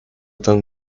than